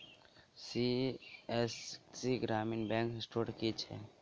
CSC ग्रामीण e store की होइ छै?